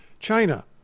China